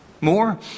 More